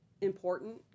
important